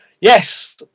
Yes